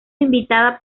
invitada